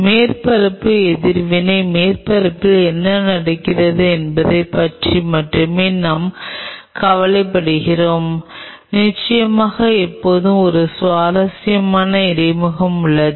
மேற்பரப்பு எதிர்வினை மேற்பரப்பில் என்ன நடக்கிறது என்பதைப் பற்றி மட்டுமே நான் கவலைப்படுகிறேன் நிச்சயமாக எப்போதும் ஒரு சுவாரஸ்யமான இடைமுகம் உள்ளது